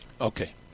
Okay